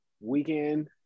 weekend